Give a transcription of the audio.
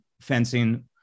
fencing